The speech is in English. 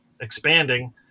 expanding